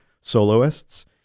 soloists